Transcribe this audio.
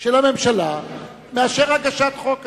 של הממשלה מאשר הגשת חוק כזה.